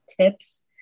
tips